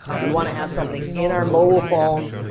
we wanna have something in our mobile phone